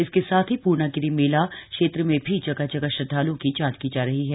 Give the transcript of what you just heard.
इसके साथ ही पूर्णागिरि मेला क्षेत्र में भी जगह जगह श्रद्वालुओ की जांच की जा रही है